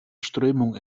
strömung